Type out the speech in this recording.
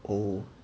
oh